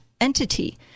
entity